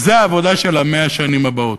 וזה העבודה של 100 השנים הבאות.